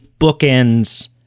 bookends